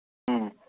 ꯎꯝ